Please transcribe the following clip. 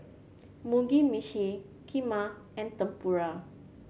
Mugi Meshi Kheema and Tempura